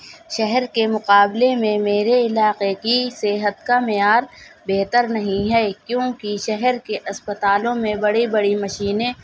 شہر کے مقابلے میں میرے علاقے کی صحت کا معیار بہتر نہیں ہے کیونکہ شہر کے اسپتالوں میں بڑی بڑی مشینیں